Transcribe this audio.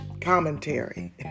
commentary